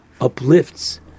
uplifts